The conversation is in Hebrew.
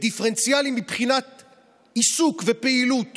ודיפרנציאלי מבחינת עיסוק: פעילות